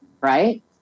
right